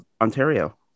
Ontario